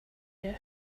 you